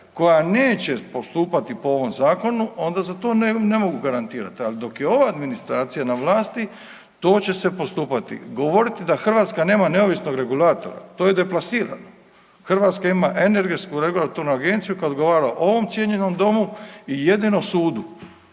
koja neće postupati po ovom Zakonu, onda za to ne mogu garantirati, ali dok je ova administracija na vlasti, to će se postupati. Govoriti da Hrvatska nema neovisnog regulatora? To je deplasirano. Hrvatska ima energetsku regulatornu agenciju koja odgovara ovom cijenjenom Domu i jedino sudu.